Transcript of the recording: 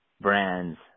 brands